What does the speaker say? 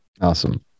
awesome